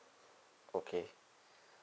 okay